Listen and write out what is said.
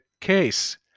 case